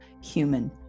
human